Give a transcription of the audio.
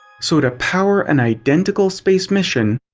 so to power an identical space mission,